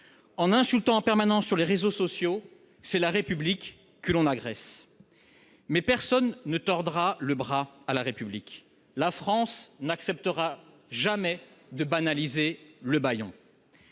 des insultes sur les réseaux sociaux, c'est la République que l'on agresse. Mais personne ne tordra le bras à la République. La France n'acceptera jamais de banaliser le bâillon